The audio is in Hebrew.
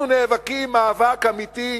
אנחנו נאבקים מאבק אמיתי,